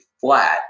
flat